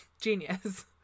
genius